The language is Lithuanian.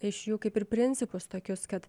iš jų kaip ir principus tokius kad